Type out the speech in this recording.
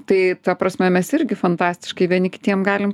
tai ta prasme mes irgi fantastiškai vieni kitiem galim